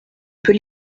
peut